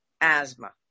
asthma